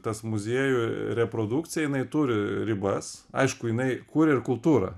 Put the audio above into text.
tas muziejų reprodukcija jinai turi ribas aišku jinai kuria ir kultūrą